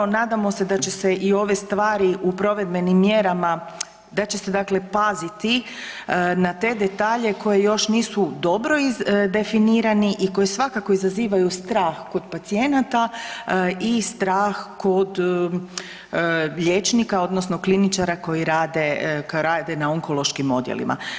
Nadamo se da će se i ove stvari u provedbenim mjerama, da će se dakle paziti na te detalje koje još nisu dobro izdefinirani i koji svakako izazivaju strah kod pacijenata i strah kod liječnika, odnosno kliničara koji rade na onkološkim odjelima.